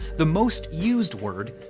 the most used word,